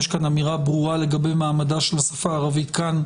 יש כאן אמירה ברורה לגבי מעמדה של השפה הערבית כאן,